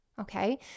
Okay